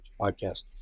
podcast